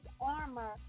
armor